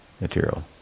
material